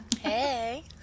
Hey